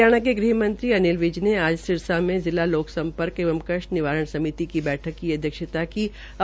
हरियाणा के ग़हमंत्री अनिल विंज ने आज सिरसा में जिला लोक सम्पर्क एवं कष्ठ निवारण समिति की बैठक की अध्यक्षता कर रहे थे